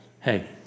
hey